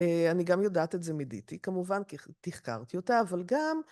אני גם יודעת את זה מדיתי, כמובן כי תחקרתי אותה, אבל גם